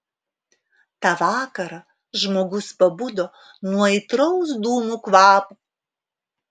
tą vakarą žmogus pabudo nuo aitraus dūmų kvapo